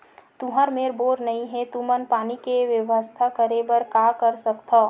तुहर मेर बोर नइ हे तुमन पानी के बेवस्था करेबर का कर सकथव?